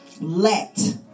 let